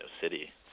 city